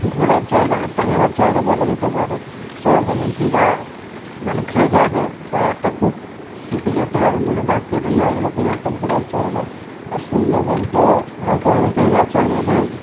ঘোরার জায়গা আড্ডা মারার জায়গা বলা যেতে পারে সেরকমই দীঘা মানে যে যাবে তার একটা খুব স্মৃতি কেটে যাবে মনে দাগ কেটে যায় এরকমই একটা ঘোরার জায়গা আর সুন্দরবন তো হয়তো অনেকেই গেছে আমাদের